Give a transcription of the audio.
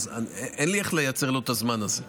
אין לי איך לייצר לו את הזמן הזה.